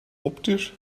optisch